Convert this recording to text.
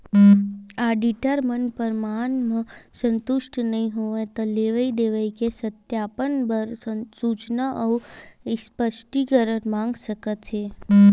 auditor मन परमान म संतुस्ट नइ होवय त लेवई देवई के सत्यापन बर सूचना अउ स्पस्टीकरन मांग सकत हे